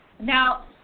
Now